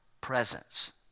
presence